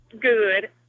Good